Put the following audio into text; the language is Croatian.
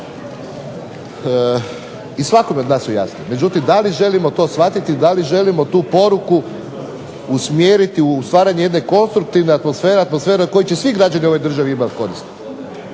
i svakom od nas su jasne, međutim da li želimo to shvatiti, da li želimo tu poruku usmjeriti u stvaranje jedne konstruktivne atmosfere, atmosfere od koje će svi građani u ovoj državi imati koristi.